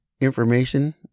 information